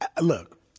Look